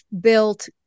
built